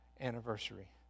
anniversary